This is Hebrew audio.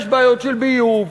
יש בעיות של ביוב,